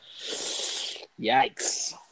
Yikes